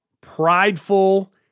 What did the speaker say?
prideful